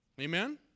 Amen